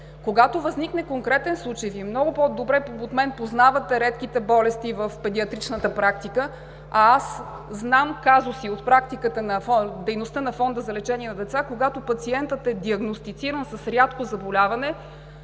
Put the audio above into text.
Когато възникне конкретен случай, Вие много по-добре от мен познавате редките болести в педиатричната практика, а аз знам казуси от практиката на Фонда за лечение на деца, когато пациентът е диагностициран с рядко заболяване